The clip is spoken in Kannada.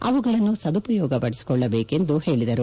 ಅವುಗಳನ್ನು ಸದುಪಯೋಗಪಡಿಸಿಕೊಳ್ಳಬೇಕು ಎಂದು ಹೇಳದರು